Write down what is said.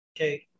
Okay